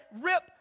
rip